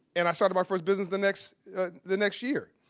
and i started my first business the next the next year,